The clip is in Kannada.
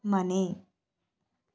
ಮನೆ